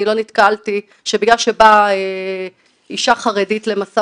לא נתקלתי שבגלל שבאה אישה חרדית למשא